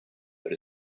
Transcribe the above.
that